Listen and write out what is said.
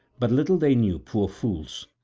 but little they knew, poor fools,